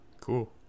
Cool